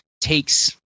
takes